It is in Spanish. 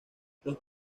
los